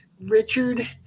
richard